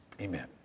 Amen